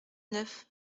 neuf